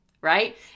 right